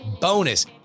bonus